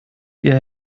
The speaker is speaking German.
ihr